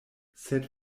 sed